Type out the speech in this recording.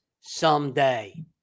someday